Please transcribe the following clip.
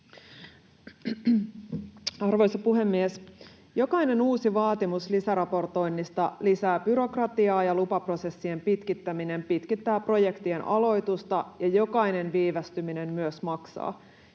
Arvoisa puhemies! Jokainen uusi vaatimus lisäraportoinnista lisää byrokratiaa, lupaprosessien pitkittäminen pitkittää projektien aloitusta, ja jokainen viivästyminen myös maksaa,